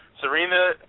Serena